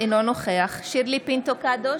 אינו נוכח שירלי פינטו קדוש,